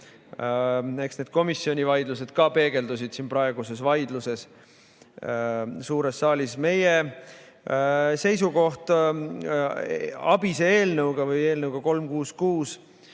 eks need komisjoni vaidlused peegeldusid ka praeguses vaidluses suures saalis. Meie seisukoht ABIS-e eelnõu ehk eelnõu 366